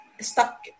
stuck